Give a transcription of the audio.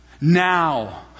Now